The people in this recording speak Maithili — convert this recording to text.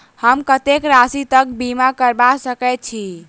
हम कत्तेक राशि तकक बीमा करबा सकै छी?